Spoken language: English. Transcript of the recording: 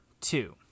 two